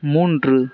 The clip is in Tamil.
மூன்று